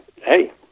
hey